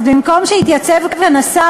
אז במקום שיתייצב כאן השר,